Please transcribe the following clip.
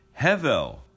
Hevel